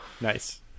Nice